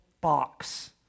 box